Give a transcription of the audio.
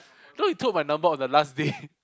you know he took my number on the last day